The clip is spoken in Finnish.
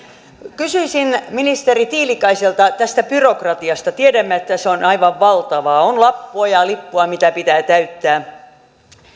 kysyisin ministeri tiilikaiselta tästä byrokratiasta tiedämme että se on aivan valtavaa on lappua ja lippua mitä pitää täyttää